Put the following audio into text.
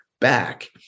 back